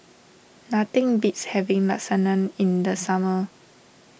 nothing beats having Lasagne in the summer